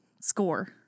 score